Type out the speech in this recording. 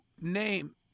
name